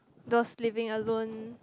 those living alone